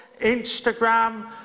Instagram